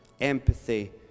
empathy